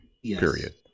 Period